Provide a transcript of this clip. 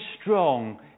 strong